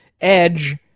Edge